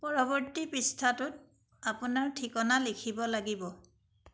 পৰৱৰ্তী পৃষ্ঠাটোত আপোনাৰ ঠিকনা লিখিব লাগিব